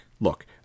look